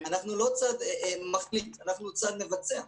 אנחנו לא צד מחליט, אנחנו צד מבצע.